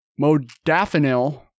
Modafinil